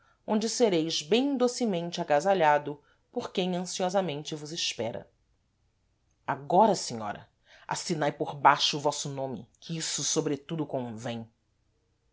onde sereis bem docemente agasalhado por quem ansiosamente vos espera agora senhora assinai por baixo o vosso nome que isso sobretudo convêm